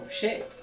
shape